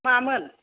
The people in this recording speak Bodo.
मामोन